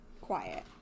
quiet